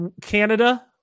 Canada